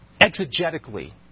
exegetically